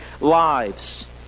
lives